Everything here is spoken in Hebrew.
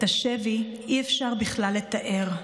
את השבי אי-אפשר בכלל לתאר.